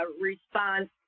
response